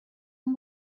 اون